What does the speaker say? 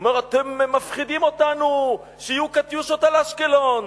הוא אמר: אתם מפחידים אותנו שיהיו "קטיושות" על אשקלון.